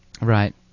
right